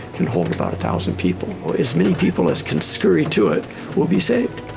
can hold about a thousand people or as many people as can scurry to it will be saved.